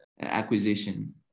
acquisition